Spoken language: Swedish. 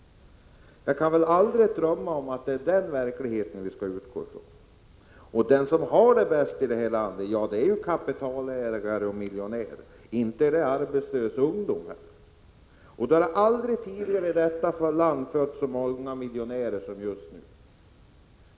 Jag kan inte drömma om att det är den verkligheten vi skall utgå ifrån. De som har det bäst i landet är ju kapitalägare och miljonärer, inte arbetslös ungdom. Det har heller aldrig tidigare fötts så många miljonärer i vårt land som just nu.